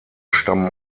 stammen